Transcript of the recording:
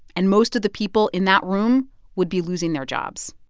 and most of the people in that room would be losing their jobs